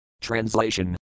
Translation